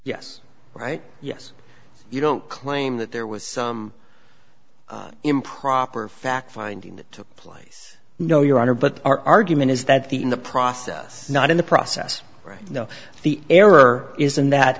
yes right yes you don't claim that there was some improper fact finding took place no your honor but our argument is that the in the process not in the process right though the error is in that